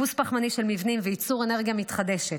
איפוס פחמני של מבנים וייצור אנרגיה מתחדשת,